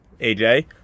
aj